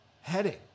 heading